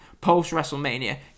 post-WrestleMania